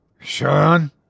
Sean